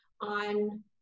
on